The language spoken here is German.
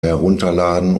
herunterladen